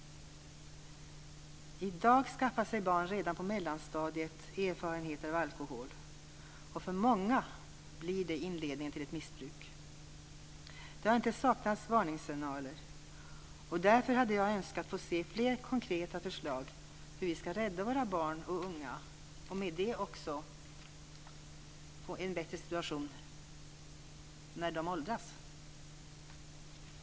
I dag skaffar sig barn redan på mellanstadiet erfarenheter av alkohol. För många blir det inledningen till ett missbruk. Det har inte saknats varningssignaler. Därför hade jag önskat få se fler konkreta förslag på hur vi ska rädda våra barn och unga och med det också få en bättre situation när de åldras.